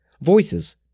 voices